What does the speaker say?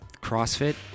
CrossFit